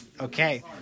Okay